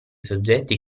soggetti